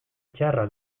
txarra